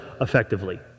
Effectively